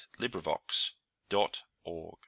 LibriVox.org